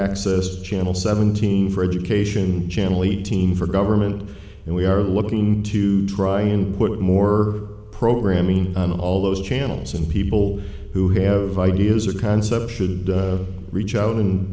access channel seventeen for education channel eight hundred for government and we are looking to try and put more programming on all those channels and people who have ideas or concepts should reach out and